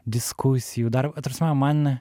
diskusijų dar ta prasme man